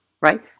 right